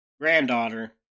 granddaughter